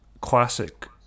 classic